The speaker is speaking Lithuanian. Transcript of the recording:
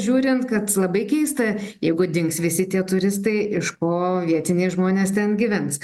žiūrint kad labai keista jeigu dings visi tie turistai iš ko vietiniai žmonės ten gyvens